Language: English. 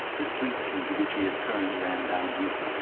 the street into which he had turned ran downhill.